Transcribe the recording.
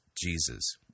Jesus